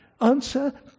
Answer